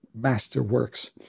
masterworks